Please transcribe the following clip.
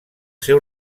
seu